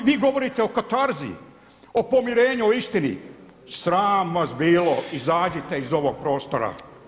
I vi govorite o katarzi, o pomirenju, o istini sram vas bilo, izađite iz ovog prostora.